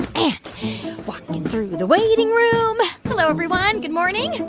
and walking through the waiting room. hello, everyone. good morning.